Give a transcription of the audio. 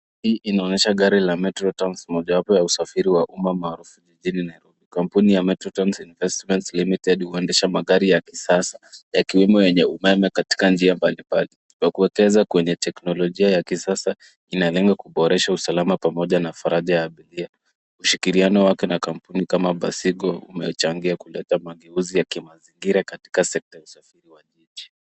Hii inaonyesha gari la Metro Trans mojawapo ya usafiri wa umma maarufu jijini Nairobi. Kampuni ya metro trans investment limited huendesha magari ya kisasa ya kilimo yenye umeme katika njia mbalimbali kwa kuekeza kwenye teknolojia ya kisasa inalenga kuboresha usalama pamoja na faraja ya abiria. Ushikiliano wake na kampuni kama basiko umechangia kuleta mageuzi ya kimazingira katika sekta ya usafiri wa jiji.